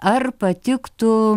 ar patiktų